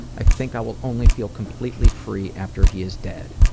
i think i will only feel completely free after he is dead.